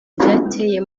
byateye